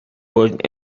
wood